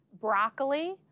broccoli